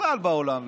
בכלל בעולם,